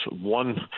one